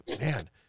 man